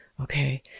Okay